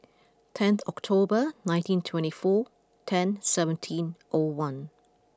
tenth October nineteen twenty four ten seventeen O one